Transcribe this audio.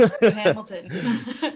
Hamilton